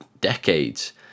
decades